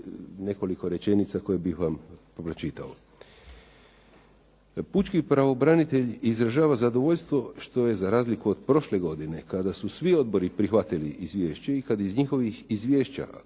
nekoliko rečenica koje bih vam pročitao. Pučki pravobranitelj izražava zadovoljstvo što je za razliku od prošle godine kada su svi odbori prihvatili izvješće i kada je iz njihovih izvješća